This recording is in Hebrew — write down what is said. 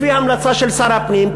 לפי המלצה של שר הפנים,